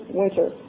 winter